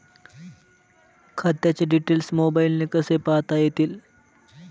खात्याचे डिटेल्स मोबाईलने कसे पाहता येतील?